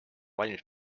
valmis